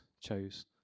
chose